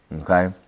Okay